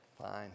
Fine